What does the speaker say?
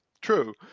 true